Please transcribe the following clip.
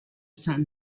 sun